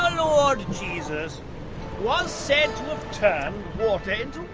ah lord jesus was said to